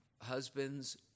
husbands